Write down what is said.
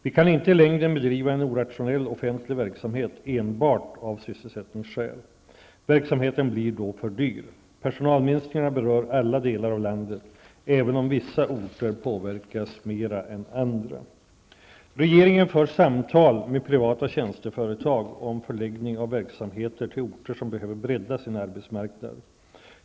Vi kan inte i längden bedriva en orationell offentlig verksamhet enbart av sysselsättningsskäl. Verksamheten blir då för dyr. Personalminskningarna berör alla delar av landet, även om vissa orter påverkas mera än andra. Regeringen för samtal med privata tjänsteföretag om förläggning av verksamheter till orter som behöver bredda sin arbetsmarknad.